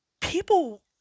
people